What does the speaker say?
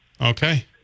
okay